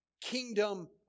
kingdom